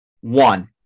One